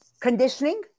Conditioning